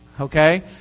Okay